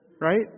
Right